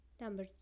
Number